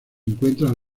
encuentran